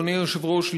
אדוני היושב-ראש,